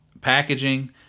Packaging